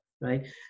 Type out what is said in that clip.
right